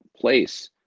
place